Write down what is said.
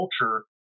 culture